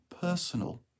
personal